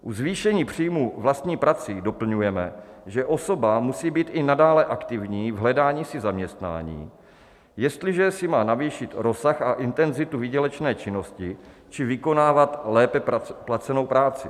U zvýšení příjmu vlastní prací doplňujeme, že osoba musí být i nadále aktivní v hledání si zaměstnání, jestliže si má navýšit rozsah a intenzitu výdělečné činnosti či vykonávat lépe placenou práci.